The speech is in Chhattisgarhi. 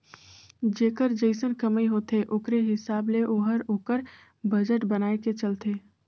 जेकर जइसन कमई होथे ओकरे हिसाब ले ओहर ओकर बजट बनाए के चलथे